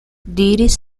diris